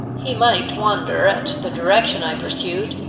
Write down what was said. he might wonder at the direction i pursued,